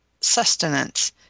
sustenance